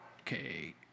Okay